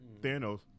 Thanos